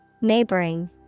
Neighboring